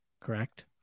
correct